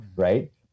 right